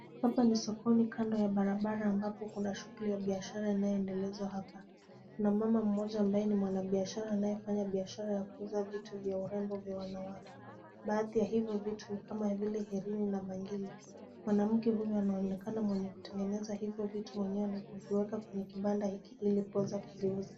Hapa ni sokoni kando ya barabara ambapo kuna shughuli ya biashara inayoendelezwa hapa, kuna mama mmoja ambaye ni mwanabiashara anayefanya biashara ya kuuza vitu vya urembo vya wanawake, baadhi ya hivyo vitu ni kama herini na bangili, mwanamke huyo anaonekana mwenye kutengeneza hivyo vitu mwenyewe na kuviweka kwenye kibanda hiki ili kuweza kuviuza.